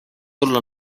olla